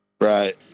Right